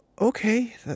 Okay